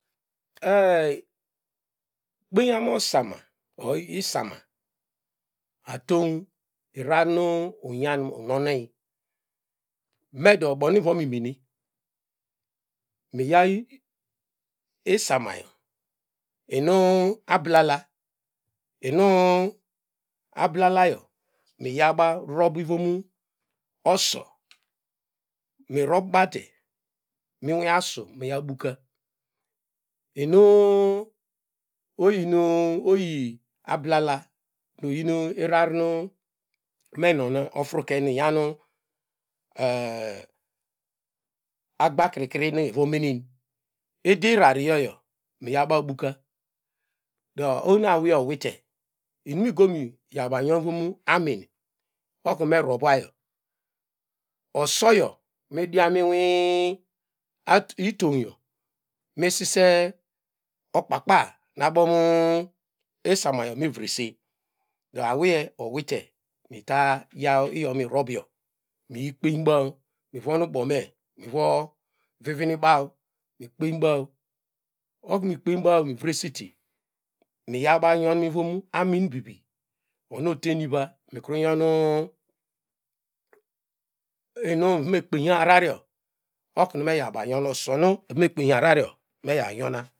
E- eh kpenyan osoma isama atown rar nu uny nyonen medo bonu vonu mene mi yaw ismanyo inu ablala inu ablalayo miyawbaw rov mivom oso mirovbate minwi asu mi yabuka inu- u oyi mi ablala do oyin arar me nyone ofruke donu inyan agbakirikri enu evo menen idirararyo muyabaw buken do oho nu awiye owite inungo mi yabaw nyom ivon amin okne me rovayo osoyo midian mi inwi i atununyo mise okpakpa na abo me isoma mivreset ude awiye owite meta yaw iyo mirovyo miyikpenbaw mivon ubome vo vinini baw mikpenbaw oknu mikpenbaw mivresete miyaw baw inyon avom amin vivi onu oteni iva nukru nyonu u onu evon mekpenya oknu yawbaw nyon osona evon kpeny ararar meya nyona.